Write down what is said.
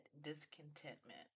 discontentment